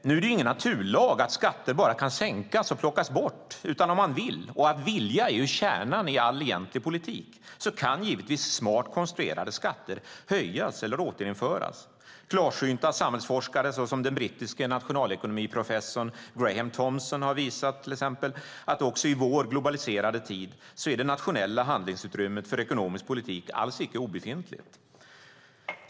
Nu är det ju ingen naturlag att skatter bara kan sänkas och plockas bort, utan om man vill - och att vilja är ju kärnan i all egentlig politik - kan givetvis smart konstruerade skatter höjas eller återinföras. Klarsynta samhällsforskare, såsom den brittiske nationalekonomiprofessorn Grahame Thompson, har visat att också i vår globaliserade tid är det nationella handlingsutrymmet för ekonomisk politik alls icke obefintligt.